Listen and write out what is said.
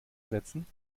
setzen